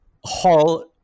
hall